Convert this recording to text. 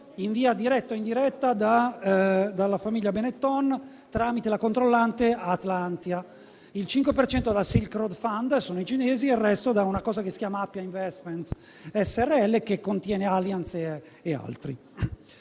in via diretta o indiretta, dalla famiglia Benetton, tramite la controllante Atlantia; il 5 per cento da Silk road fund (i cinesi) e il resto da una cosa che si chiama Appia investments Srl, che contiene Allianz e altri.